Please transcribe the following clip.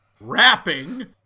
rapping